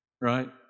right